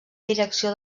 direcció